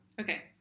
Okay